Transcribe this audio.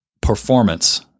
performance